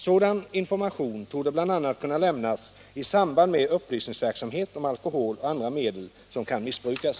Sådan information torde bl.a. kunna lämnas i samband med upplysningsverksamhet om alkohol och andra medel som kan missbrukas.